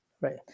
right